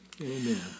Amen